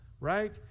right